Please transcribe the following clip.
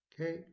Okay